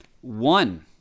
One